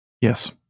Yes